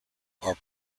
are